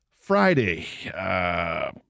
Friday